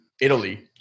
Italy